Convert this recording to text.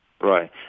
Right